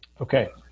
okay,